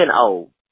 old